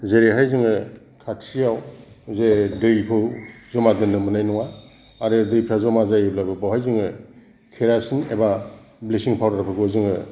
जेरैहाय जोङो खाथियाव जे दैखौ जमा दोननो मोननाय नङा आरो दैफोरा जमा जायोब्लाबो बेवहाय जोङो केरासिन एबा ब्लिसिं पाउदारफोरखौ जोङो